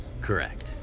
Correct